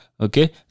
Okay